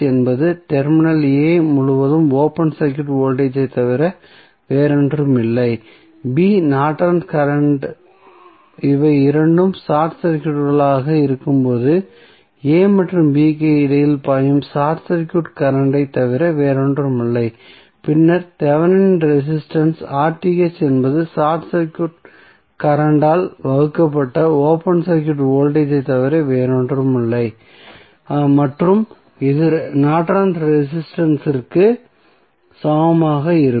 என்பது terminal a முழுவதும் open circuit voltage ஐத் தவிர வேறொன்றுமில்லை b நார்டன்ஸ் கரண்ட் இவை இரண்டும் ஷார்ட் சர்க்யூட்களாக இருக்கும்போது a மற்றும் b க்கு இடையில் பாயும் ஷார்ட் சர்க்யூட் கரண்ட் ஐத் தவிர வேறொன்றுமில்லை பின்னர் தெவெனின் ரெசிஸ்டன்ஸ் என்பது ஷார்ட் சர்க்யூட் கரண்ட் ஆல் வகுக்கப்பட்ட ஓபன் சர்க்யூட் வோல்டேஜ் ஐ தவிர வேறில்லை மற்றும் இது நார்டன்ஸ் ரெசிஸ்டன்ஸ் இற்கு Nortons resistance சமமாக இருக்கும்